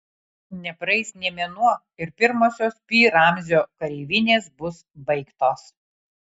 nepraeis nė mėnuo ir pirmosios pi ramzio kareivinės bus baigtos